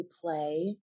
play